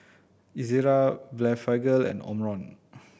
Ezerra Blephagel and Omron